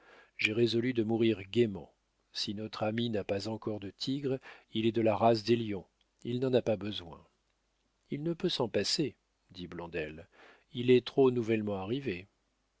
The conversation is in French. j'ai résolu de mourir gaiement si notre ami n'a pas encore de tigre il est de la race des lions il n'en a pas besoin il ne peut s'en passer dit blondet il était trop nouvellement arrivé